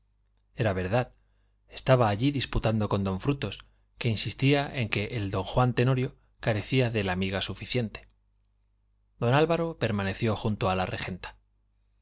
usted era verdad estaba allí disputando con don frutos que insistía en que el don juan tenorio carecía de la miga suficiente don álvaro permaneció junto a la